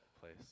place